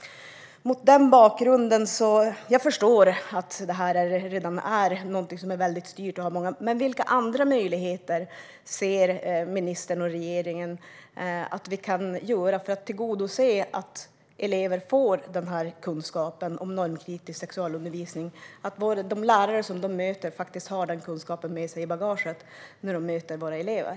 Jag förstår att detta är något som redan är väldigt styrt, men min fråga är: Vilka andra möjligheter ser ministern och regeringen att vi har för att tillgodose att elever får kunskaper i normkritisk sexualundervisning genom att lärare har den kunskapen med sig i bagaget när de möter våra elever?